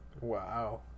Wow